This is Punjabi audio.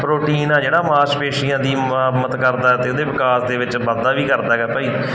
ਪ੍ਰੋਟੀਨ ਆ ਜਿਹੜਾ ਮਾਸਪੇਸ਼ੀਆਂ ਦੀ ਮਰੰਮਤ ਕਰਦਾ ਅਤੇ ਉਹਦੇ ਵਿਕਾਸ ਦੇ ਵਿੱਚ ਵਾਧਾ ਵੀ ਕਰਦਾ ਹੈਗਾ ਭਾਈ